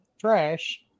trash